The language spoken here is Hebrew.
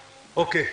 אוקיי.